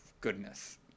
goodness